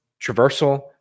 traversal